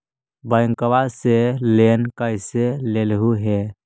बैंकवा से लेन कैसे लेलहू हे?